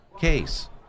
case